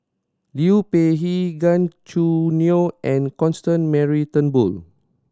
Liu Peihe Gan Choo Neo and Constance Mary Turnbull